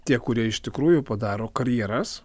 tie kurie iš tikrųjų padaro karjeras